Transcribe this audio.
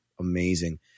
amazing